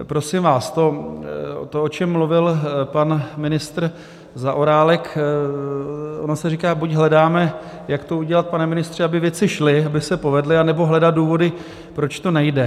Prosím vás, to, o čem mluvil pan ministr Zaorálek, ono se říká, buď hledáme, jak to udělat, pane ministře, aby věci šly, aby se povedly, anebo hledat důvody, proč to nejde.